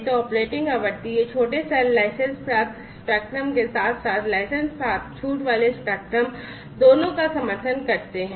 तो ऑपरेटिंग आवृत्ति ये छोटे सेल लाइसेंस प्राप्त स्पेक्ट्रम के साथ साथ लाइसेंस प्राप्त छूट वाले स्पेक्ट्रम दोनों का समर्थन करते हैं